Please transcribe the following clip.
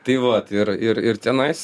tai vat ir ir ir tenais